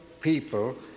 people